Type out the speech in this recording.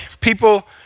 People